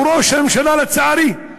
הוא ראש הממשלה, לצערי.